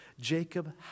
Jacob